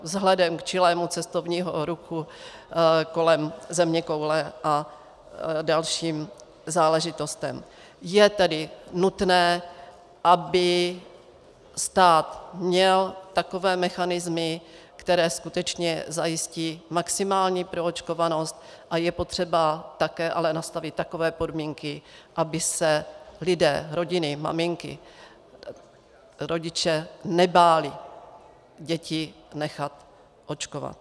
Vzhledem k čilému cestovnímu ruchu kolem zeměkoule a dalším záležitostem je tedy nutné, aby stát měl takové mechanismy, které skutečně zajistí maximální proočkovanost, a je potřeba také ale nastavit takové podmínky, aby se lidé, rodiny, maminky, rodiče nebáli děti nechat očkovat.